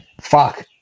fuck